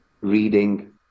reading